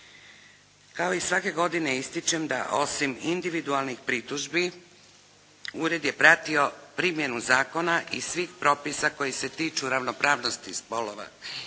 Kao i svake godine ističem da osim individualnih pritužbi ured je pratio primjenu zakona i svih propisa koji se tiču ravnopravnosti spolova